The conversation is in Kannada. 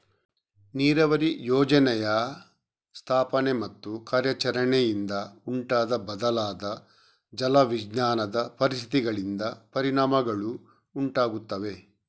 ನೀರಾವರಿ ಯೋಜನೆಯ ಸ್ಥಾಪನೆ ಮತ್ತು ಕಾರ್ಯಾಚರಣೆಯಿಂದ ಉಂಟಾದ ಬದಲಾದ ಜಲ ವಿಜ್ಞಾನದ ಪರಿಸ್ಥಿತಿಗಳಿಂದ ಪರಿಣಾಮಗಳು ಉಂಟಾಗುತ್ತವೆ